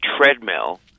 treadmill